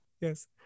Yes